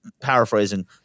paraphrasing